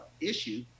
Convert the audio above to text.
issue